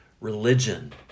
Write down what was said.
religion